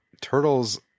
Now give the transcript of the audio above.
Turtles